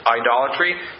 idolatry